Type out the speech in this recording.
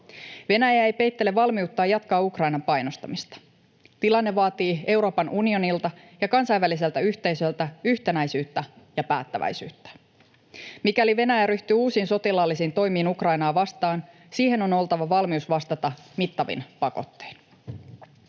Venäjä ei peittele valmiuttaan jatkaa Ukrainan painostamista. Tilanne vaatii Euroopan unionilta ja kansainväliseltä yhteisöltä yhtenäisyyttä ja päättäväisyyttä. Mikäli Venäjä ryhtyy uusiin sotilaallisiin toimiin Ukrainaa vastaan, siihen on oltava valmius vastata mittavin pakottein.